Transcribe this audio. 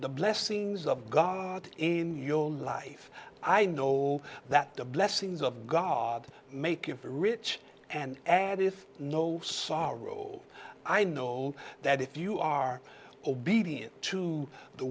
the blessings of god in your life i know that the blessings of god make you rich and and if no sorrow i know that if you are obedient to the